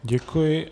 Děkuji.